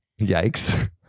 Yikes